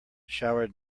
showered